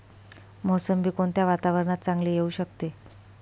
मोसंबी कोणत्या वातावरणात चांगली येऊ शकते?